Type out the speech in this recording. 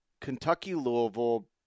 Kentucky-Louisville